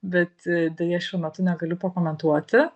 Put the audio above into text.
bet deja šiuo metu negaliu pakomentuoti